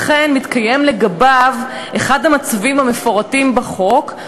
וכן מתקיים לגביו אחד המצבים המפורטים בחוק,